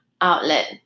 outlet